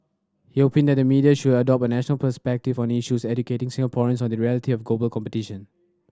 he opined that the media should adopt a national perspective on issues educating Singaporeans on the reality of global competition